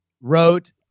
wrote